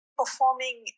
performing